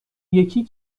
یکی